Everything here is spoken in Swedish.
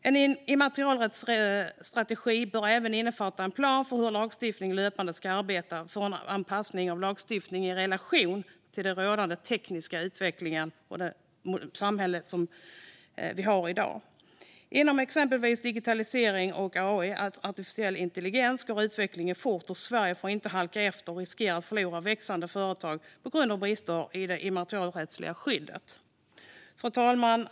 En immaterialrättsstrategi bör även innefatta en plan för hur lagstiftaren löpande ska arbeta för en anpassning av lagstiftningen i relation till den rådande tekniska utvecklingen i samhället. Inom exempelvis digitalisering och artificiell intelligens går utvecklingen fort, och Sverige får inte halka efter och riskera att förlora växande företag på grund av brister i de immaterialrättsliga skydden. Fru talman!